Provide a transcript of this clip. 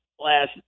last